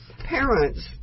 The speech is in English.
parents